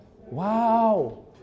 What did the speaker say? Wow